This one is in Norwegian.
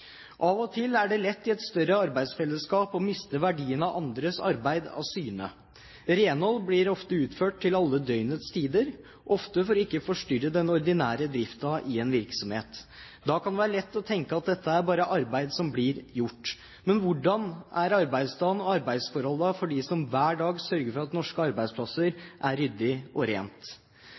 Av og til er det lett i et større arbeidsfellesskap å miste verdien av andres arbeid av syne. Renhold blir ofte utført til alle døgnets tider, ofte for ikke å forstyrre den ordinære driften i en virksomhet. Da kan det være lett å tenke at dette er bare arbeid som blir gjort. Men hvordan er arbeidsdagen og arbeidsforholdene for dem som hver dag sørger for at det på norske arbeidsplasser er ryddig og rent?